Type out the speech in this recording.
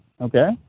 Okay